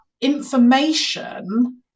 information